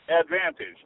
advantage